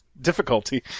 difficulty